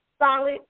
solid